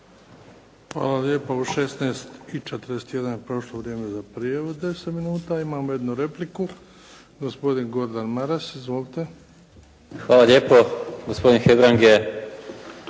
Hvala lijepa. U 16,41 je prošlo vrijeme za prijavu od 10 minuta. Imamo jednu repliku. Gospodin Gordan Maras. Izvolite. **Maras, Gordan